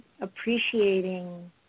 appreciating